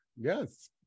Yes